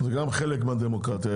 זה גם חלק מהדמוקרטיה,